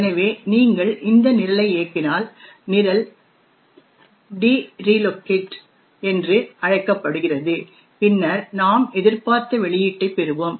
எனவே நீங்கள் இந்த நிரலை இயக்கினால் நிரல் dreloc என்று அழைக்கப்படுகிறது பின்னர் நாம் எதிர் பார்த்த வெளியீட்டைப் பெறுவோம்